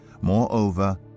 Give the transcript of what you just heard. Moreover